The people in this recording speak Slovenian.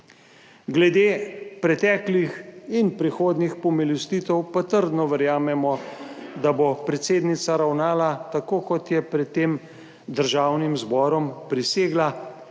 Glede preteklih in prihodnjih pomilostitev pa trdno verjamemo, da bo predsednica ravnala tako kot je pred tem Državnim zborom prisegla